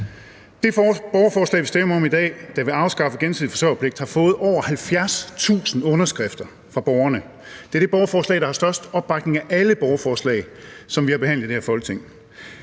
Det borgerforslag, vi stemmer om i dag – og som vil afskaffe gensidig forsørgerpligt – har fået over 70.000 underskrifter fra borgerne. Det er det borgerforslag, der har størst opbakning af alle borgerforslag, som vi har behandlet i det her Folketing.